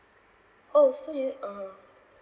oh so you (uh huh)